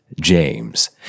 James